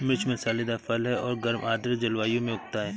मिर्च मसालेदार फल है और गर्म आर्द्र जलवायु में उगता है